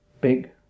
big